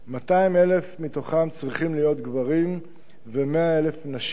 200,000 מתוכם צריכים להיות גברים ו-100,000 נשים.